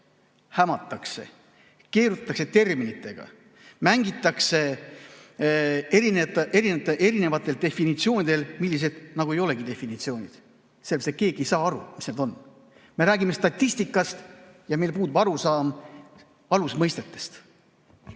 hämatakse, keerutatakse terminitega, mängitakse erinevate definitsioonidega, mis nagu ei olegi definitsioonid, sellepärast et keegi ei saa aru, mis need on. Me räägime statistikast, aga meil puudub arusaam alusmõistetest.